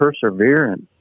perseverance